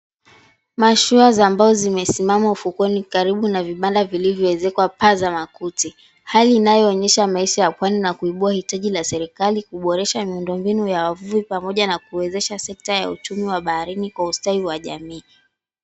Mashua za mbao zimesimama ufukweni karibu na vibanda vilivyoezekwa paa za makuti. Hali inayoonyesha maisha ya pwani na kuibua hitaji la serikali kuboresha miundo mbinu ya uvuvi pamoja na kuwezesha sekta ya uchumi wa baharini kwa ustawi wa jamii.